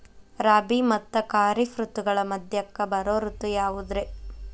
ರಾಬಿ ಮತ್ತ ಖಾರಿಫ್ ಋತುಗಳ ಮಧ್ಯಕ್ಕ ಬರೋ ಋತು ಯಾವುದ್ರೇ?